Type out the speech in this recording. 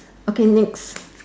okay next